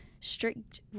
strict